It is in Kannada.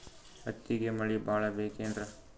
ಹತ್ತಿಗೆ ಮಳಿ ಭಾಳ ಬೇಕೆನ್ರ?